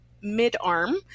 mid-arm